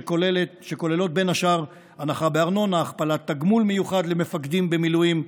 שכוללות בין השאר הנחה בארנונה והכפלת תגמול מיוחד למפקדים במילואים.